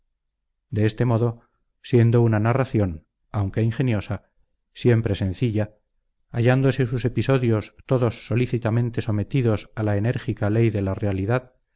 de este modo siendo una narración aunque ingeniosa siempre sencilla hallándose sus episodios todos solícitamente sometidos a la enérgica ley de la realidad